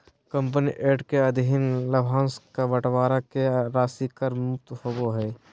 company act के अधीन लाभांश के बंटवारा के राशि कर मुक्त होबो हइ